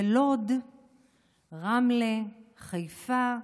ולוד, רמלה, חיפה,